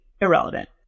irrelevant